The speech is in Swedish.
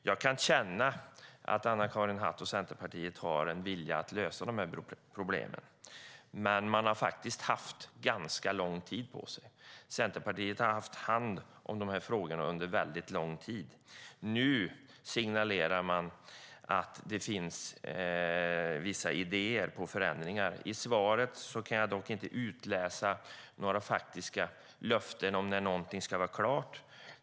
Jag kan känna att Anna-Karin Hatt och Centerpartiet har en vilja att lösa de här problemen, men man har faktiskt haft ganska lång tid på sig. Centerpartiet har haft hand om de här frågorna under lång tid. Nu signalerar man att det finns vissa idéer om förändringar. I svaret kan jag dock inte utläsa några faktiska löften om när någonting ska vara klart.